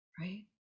right